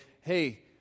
hey